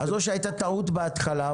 אז או שהייתה טעות בהתחלה,